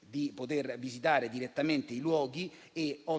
di visitare direttamente i luoghi,